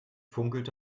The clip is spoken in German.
funkelte